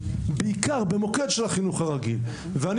בעיקר במוקד של החינוך הרגיל ואני